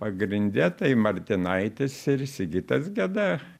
pagrinde tai martinaitis ir sigitas geda